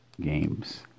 games